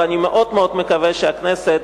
ואני מאוד מאוד מקווה שהכנסת,